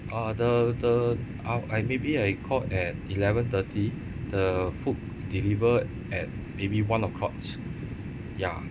uh the the uh I maybe I called at eleven thirty the food delivered at maybe one o'clock ya